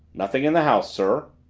nothing in the house, sir.